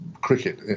cricket